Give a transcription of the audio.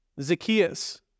Zacchaeus